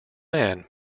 man